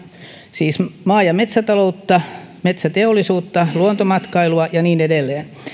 siis maa ja metsätaloutta metsäteollisuutta luontomatkailua ja niin edelleen